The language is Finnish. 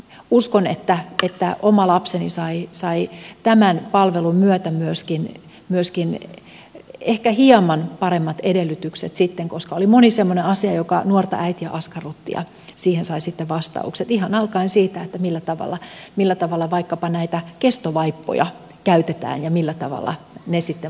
uskon että oma lapseni sai tämän palvelun myötä myöskin ehkä hieman paremmat edellytykset sitten koska oli moni semmoinen asia joka nuorta äitiä askarrutti ja niihin sai sitten vastaukset ihan alkaen siitä millä tavalla vaikkapa näitä kestovaippoja käytetään ja millä tavalla ne sitten vauvalle laitetaan